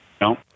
No